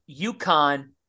UConn